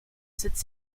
cette